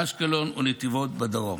אשקלון ונתיבות בדרום,